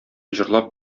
җырлап